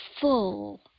full